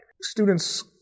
Students